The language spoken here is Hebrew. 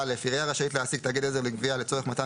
עירייה רשאית להעסיק תאגיד עזר לגבייה לצורך מתן